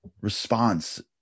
response